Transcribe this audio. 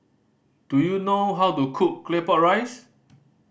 do you know how to cook Claypot Rice